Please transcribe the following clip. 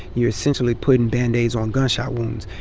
you're essentially putting band-aids on gunshot wounds.